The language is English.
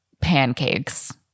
Pancakes